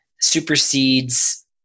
supersedes